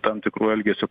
tam tikrų elgesio